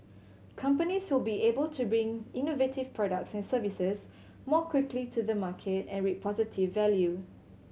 companies will be able to bring innovative products and services more quickly to the market and reap positive value